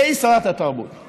והיא שרת התרבות.